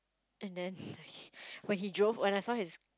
and then when he drove when I saw his